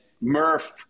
Murph